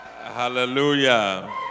Hallelujah